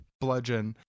bludgeon